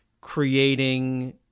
creating